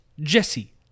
Jesse